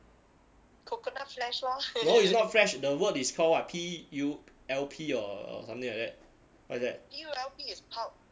no it's not flesh the word is call what P U L P or or something like that what is that